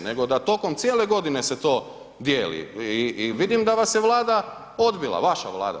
Nego da tokom cijele godine se dijeli i vidim da vas je Vlada odbila, vaša Vlada.